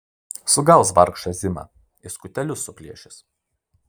sugaus vargšą zimą į skutelius suplėšys